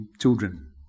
children